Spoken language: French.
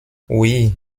oui